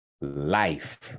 Life